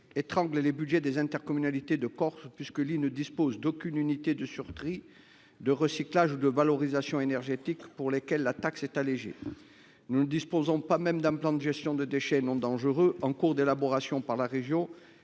étrangle les budgets des intercommunalités de Corse, puisque l’île ne dispose d’aucune unité de surtri, de recyclage ou de valorisation énergétique, pour lesquels la taxe est allégée. Nous ne disposons pas même d’un plan de gestion de déchets non dangereux. Il est en cours d’élaboration par la région